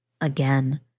again